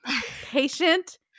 patient